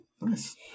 Nice